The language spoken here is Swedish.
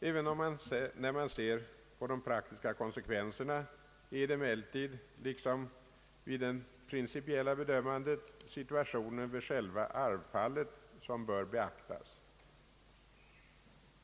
Även när man ser på de praktiska konsekvenserna är det emellertid liksom vid det principiella bedömandet situationen vid själva arvfallet som bör beaktas.